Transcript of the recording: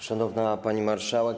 Szanowna Pani Marszałek!